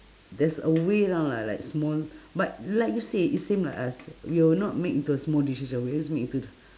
there's a way lah like small but like you said is same like us we will not make into a small decision we'll just make into th~